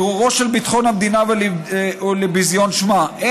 לערעורו של ביטחון המדינה ולביזיון שמה.